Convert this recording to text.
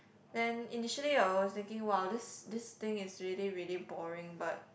then initially I was thinking !wow! this this thing is really really boring but